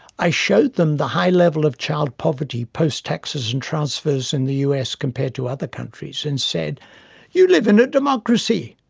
i showed them the high level of child poverty, post taxes and transfers, in the us compared to other countries, and said you live in a democracy.